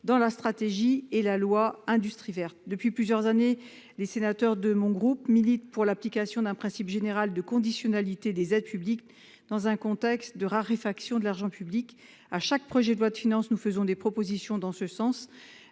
de la stratégie Industrie verte. Depuis plusieurs années, les sénateurs de mon groupe militent pour l'application d'un principe général de conditionnalité des aides publiques dans un contexte de raréfaction de l'argent public. Lors de l'examen de chaque projet de loi de finances, nous faisons des propositions dans ce sens,